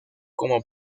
como